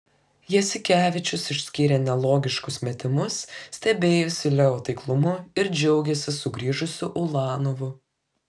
jasikevičius išskyrė nelogiškus metimus stebėjosi leo taiklumu ir džiaugėsi sugrįžusiu ulanovu